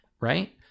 right